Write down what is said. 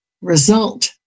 result